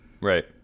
Right